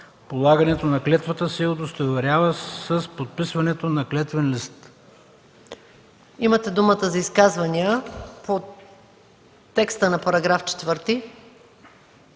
Полагането на клетвата се удостоверява с подписването на клетвен лист.”